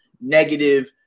negative